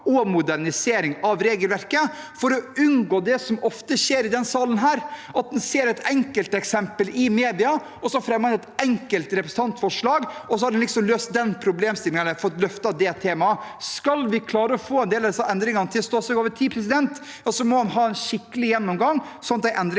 og modernisering av regelverket, for å unngå det som ofte skjer i denne salen, at en ser enkelteksempel i media og fremmer et enkelt representantforslag, og så har en liksom løst problemet og fått løftet temaet. Skal vi klare å få en del av disse endringene til å stå seg over tid, må vi ha en skikkelig gjennomgang, slik at endringene